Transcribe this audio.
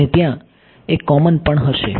અને ત્યાં એક કોમન પણ હશે